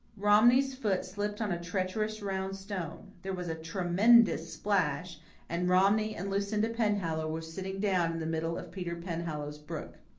romney's foot slipped on a treacherous round stone there was a tremendous splash and romney and lucinda penhallow were sitting down in the middle of peter penhallow's brook.